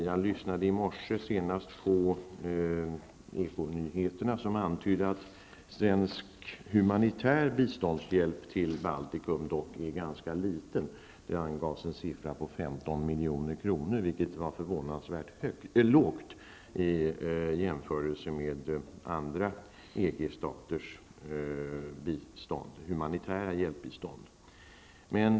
Jag lyssnade i morse till Eko-nyheterna, där det antyddes att svensk humanitär biståndshjälp till Baltikum är ganska liten -- det angavs en siffra på 15 milj.kr., vilket är ett förvånansvärt lågt belopp om man jämför med vissa EG-staters humanitära bistånd.